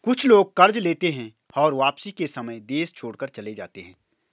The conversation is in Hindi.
कुछ लोग कर्ज लेते हैं और वापसी के समय देश छोड़कर चले जाते हैं